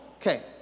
okay